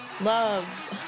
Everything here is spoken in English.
loves